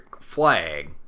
flag